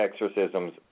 exorcisms